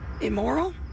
immoral